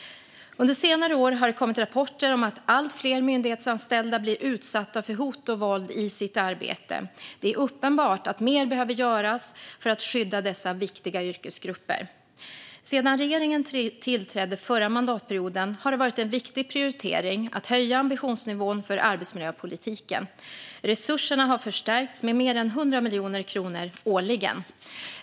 Under senare år har det kommit rapporter om att allt fler myndighetsanställda blir utsatta för hot och våld i sitt arbete. Det är uppenbart att mer behöver göras för att skydda dessa viktiga yrkesgrupper. Sedan regeringen tillträdde förra mandatperioden har det varit en viktig prioritering att höja ambitionsnivån för arbetsmiljöpolitiken. Resurserna har förstärkts med mer än 100 miljoner kronor årligen.